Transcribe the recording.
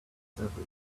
everywhere